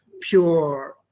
pure